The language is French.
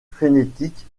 frénétique